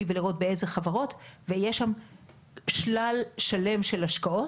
ולראות באילו חברות ויש שם שלל שלם של השקעות.